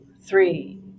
three